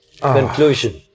conclusion